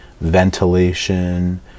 ventilation